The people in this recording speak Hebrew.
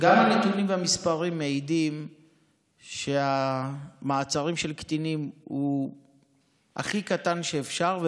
הנתונים והמספרים מעידים שהמעצרים של קטינים הוא הכי מעטים שאפשר,